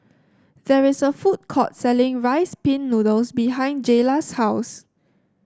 there is a food court selling Rice Pin Noodles behind Jaylah's house